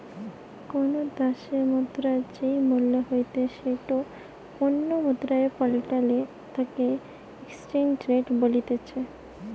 কোনো দ্যাশের মুদ্রার যেই মূল্য হইতে সেটো অন্য মুদ্রায় পাল্টালে তাকে এক্সচেঞ্জ রেট বলতিছে